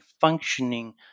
functioning